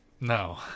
No